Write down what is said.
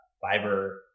fiber